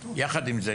יחד עם זה,